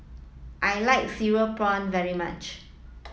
I like cereal prawn very much